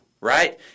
right